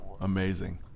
Amazing